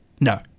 No